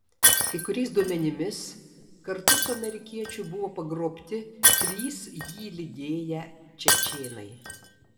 kai kuriais duomenimis kartu su amerikiečiu buvo pagrobti trys jį lydėję čečėnai